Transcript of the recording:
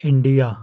India